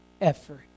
effort